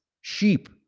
sheep